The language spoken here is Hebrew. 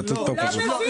הוא לא מבין.